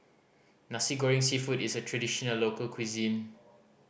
Nasi Goreng Seafood is a traditional local cuisine